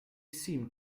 seem